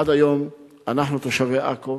עד היום אנחנו, תושבי עכו,